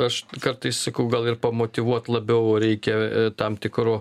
aš kartais sakau gal ir pamotyvuot labiau reikia tam tikru